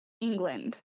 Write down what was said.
england